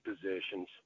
positions